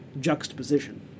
juxtaposition